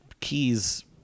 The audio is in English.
keys